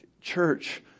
church